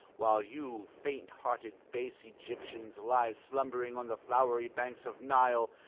while you, faint-hearted base egyptians, lie slumbering on the flowery banks of nile,